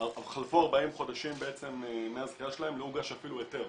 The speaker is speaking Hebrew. חלפו 40 חודשים בעצם מהזכייה שלהם ולא הוגש אפילו היתר.